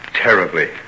Terribly